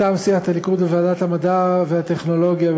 בוועדת המדע והטכנולוגיה,